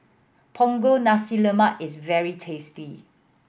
Punggol Nasi Lemak is very tasty